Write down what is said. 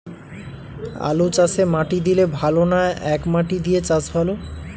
আলুচাষে মাটি দিলে ভালো না একমাটি দিয়ে চাষ ভালো?